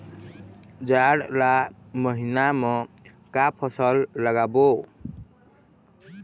जाड़ ला महीना म का फसल लगाबो?